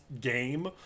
game